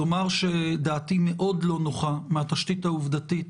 לומר שדעתי מאוד לא נוחה מהתשתית העובדתית